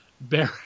Barry